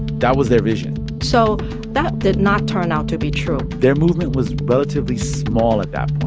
that was their vision so that did not turn out to be true their movement was relatively small at that